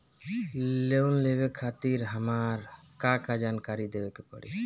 Loan लेवे खातिर हमार का का जानकारी देवे के पड़ी?